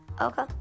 Okay